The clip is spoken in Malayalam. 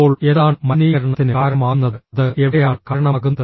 ഇപ്പോൾ എന്താണ് മലിനീകരണത്തിന് കാരണമാകുന്നത് അത് എവിടെയാണ് കാരണമാകുന്നത്